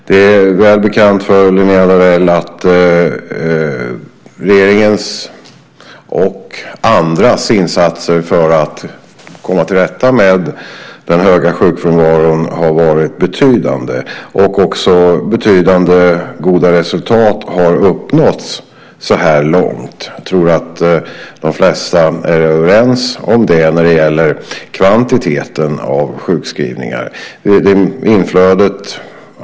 Det är väl bekant för Linnéa Darell att regeringens och andras insatser för att komma till rätta med den höga sjukfrånvaron har varit betydande och att också betydande goda resultat har uppnåtts så här långt. Jag tror att de flesta är överens om det när det gäller kvantiteten av sjukskrivningar.